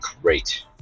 great